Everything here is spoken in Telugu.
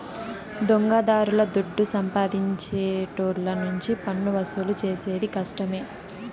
దొంగదారుల దుడ్డు సంపాదించేటోళ్ళ నుంచి పన్నువసూలు చేసేది కష్టమే